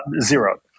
Zero